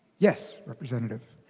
yes representative